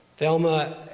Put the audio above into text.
Thelma